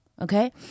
okay